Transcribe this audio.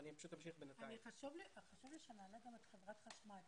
חשוב לי שנעלה את חברת החשמל,